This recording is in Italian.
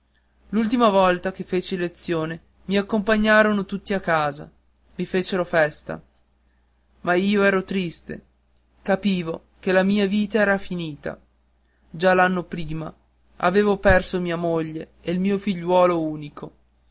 l'ultima volta che feci lezione mi accompagnarono tutti a casa mi fecero festa ma io ero triste capivo che la mia vita era finita già l'anno prima avevo perso mia moglie e il mio figliuolo unico